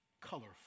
colorful